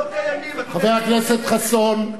לא קיימים, חבר הכנסת חסון,